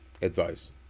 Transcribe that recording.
Advice